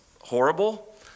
horrible